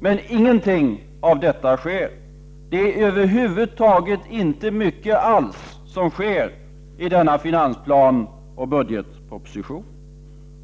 Men intet av detta sker. Det är över huvud taget inte mycket som sker i denna finansplan och budgetproposition.